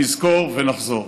נזכור ונחזור.